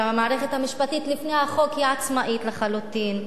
שהמערכת המשפטית לפני החוק היא עצמאית לחלוטין,